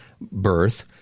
birth